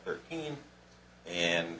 thirteen and